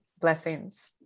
Blessings